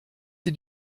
sie